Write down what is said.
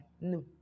no